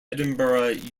edinburgh